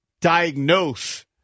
diagnose